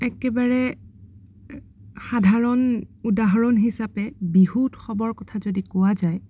একেবাৰে সাধাৰণ উদাহৰণ হিচাপে বিহু উৎসৱৰ কথা যদি কোৱা যায়